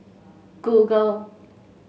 Google